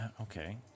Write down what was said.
Okay